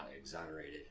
exonerated